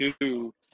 two